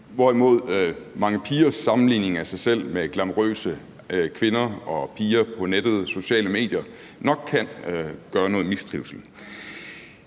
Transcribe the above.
Derimod kan mange pigers sammenligning af sig selv med glamourøse kvinder og piger på nettet og på sociale medier nok forårsage noget mistrivsel.